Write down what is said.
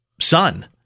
son